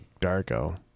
Darko